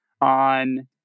on